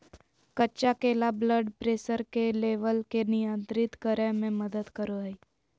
कच्चा केला blood pressure के लेवल के नियंत्रित करय में मदद करो हइ